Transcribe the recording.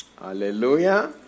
Hallelujah